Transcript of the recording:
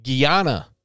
Guyana